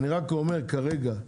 אני רק אומר, כרגע,